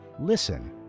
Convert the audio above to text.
listen